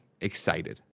excited